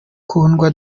kundwa